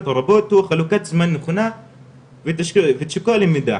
הרבות תוך חלוקת זמן נכונה ותשוקה למידע,